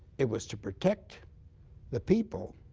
it was to protect the people